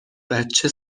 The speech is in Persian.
بچه